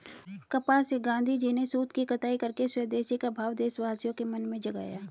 कपास से गाँधीजी ने सूत की कताई करके स्वदेशी का भाव देशवासियों के मन में जगाया